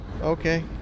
okay